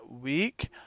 week